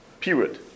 Period